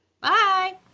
Bye